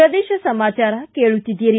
ಪ್ರದೇಶ ಸಮಾಚಾರ ಕೇಳುತ್ತಿದ್ದೀರಿ